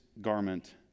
garment